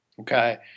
okay